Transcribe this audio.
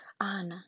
on